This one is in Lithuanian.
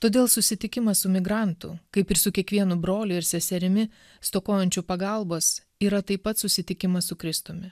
todėl susitikimas su migrantu kaip ir su kiekvienu broliu ir seserimi stokojančiu pagalbos yra taip pat susitikimas su kristumi